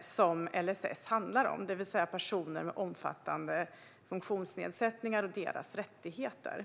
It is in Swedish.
som LSS handlar om, det vill säga personer med omfattande funktionsnedsättningar och deras rättigheter.